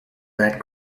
that